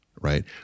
right